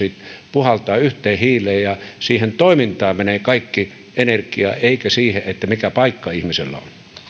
puhaltaa yhteen hiileen ja siihen toimintaan menee kaikki energia eikä siihen mikä paikka ihmisellä on